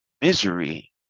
misery